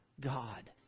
God